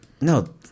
no